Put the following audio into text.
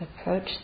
approach